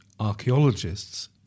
archaeologists